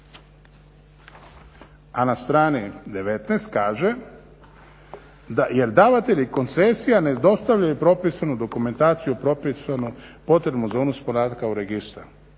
A na strani 19 kaže da jer davatelji koncesija ne dostavljaju propisanu dokumentaciju potrebnu za unos podataka u registar.